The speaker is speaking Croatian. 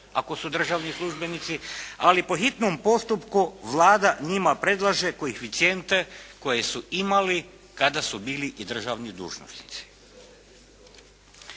ako su državni službenici. Ali po hitnom postupku Vlada njima predlaže koeficijente koje su imali kada su bili i državni dužnosnici.